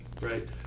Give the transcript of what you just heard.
right